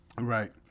right